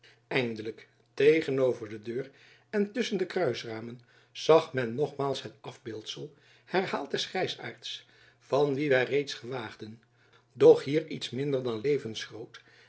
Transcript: eindelijk tegenover de deur en tusschen de kruisramen zag men nogmaals het afbeeldsel herhaald des grijzaarts van wien wy reeds gewaagden doch hier iets minder dan